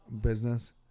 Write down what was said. business